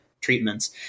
treatments